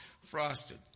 frosted